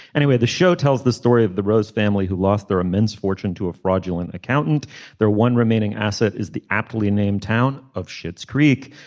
anyway the show tells the story of the rose family who lost their immense fortune to a fraudulent accountant their one remaining asset is the aptly named town of shit's creek.